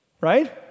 Right